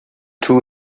two